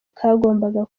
kagomba